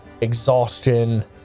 exhaustion